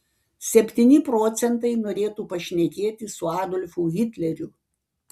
septyni procentai norėtų pašnekėti su adolfu hitleriu